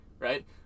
Right